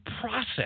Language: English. process